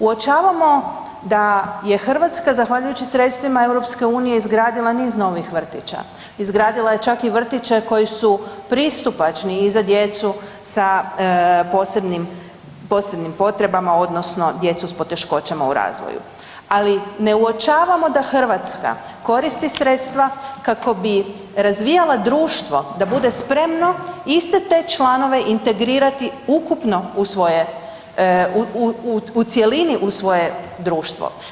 Uočavamo da je Hrvatska zahvaljujući sredstvima EU izgradila niz novih vrtića, izgradila je čak i vrtiće koji su pristupačni i za djecu sa posebnim potrebama odnosno djecu s poteškoćama u razvoju, ali ne uočavamo da Hrvatska koristi sredstva kako bi razvijala društvo da bude spremno iste te članove integrirati ukupno u cjelini u svoje društvo.